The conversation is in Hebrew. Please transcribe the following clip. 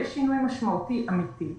יהיה שינוי משמעותי אמיתי,